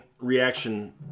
reaction